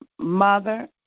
Mother